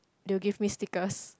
they will give me stickers